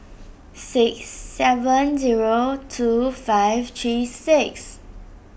six seven zero two five three six